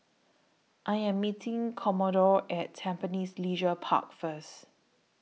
I Am meeting Commodore At Tampines Leisure Park First